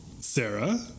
Sarah